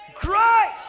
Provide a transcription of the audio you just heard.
great